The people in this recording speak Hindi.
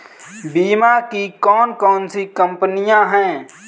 बीमा की कौन कौन सी कंपनियाँ हैं?